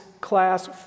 class